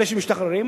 אלה שמשתחררים?